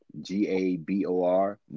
G-A-B-O-R